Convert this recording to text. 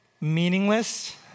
meaningless